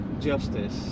justice